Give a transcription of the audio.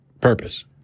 purpose